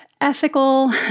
ethical